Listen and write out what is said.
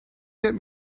get